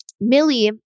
Millie